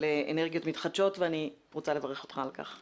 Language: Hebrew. אנרגיות מתחדשות ואני רוצה לברך אותך על כך.